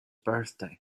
birthday